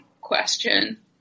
question